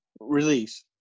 release